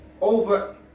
over